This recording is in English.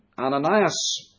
Ananias